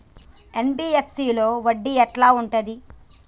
NBFC లో వడ్డీ ఎట్లా ఉంటది?